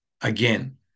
Again